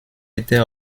était